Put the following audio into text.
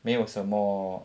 没有什么